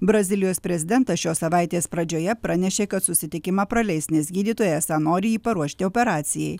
brazilijos prezidentas šios savaitės pradžioje pranešė kad susitikimą praleis nes gydytojai esą nori jį paruošti operacijai